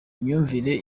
imyumvire